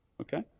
Okay